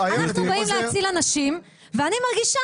אנחנו באים להציל אנשים ואני מרגישה